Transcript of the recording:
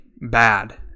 bad